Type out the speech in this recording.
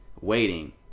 waiting